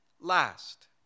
last